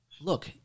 look